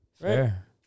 Fair